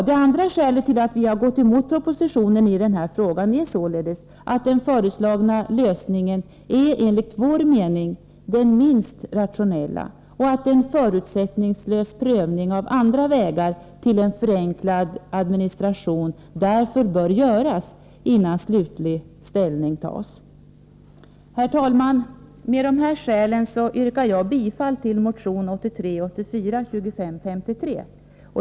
Det andra skälet till att vi gått emot propositionen i den här frågan är således att den föreslagna lösningen, enligt vår mening, är den minst rationella och att en förutsättningslös prövning av andra vägar till en förenklad administration därför bör göras, innan slutlig ställning tas. Herr talman! Med de här skälen yrkar jag bifall till motion 1983/84:2553.